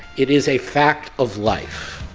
it is a fact of life.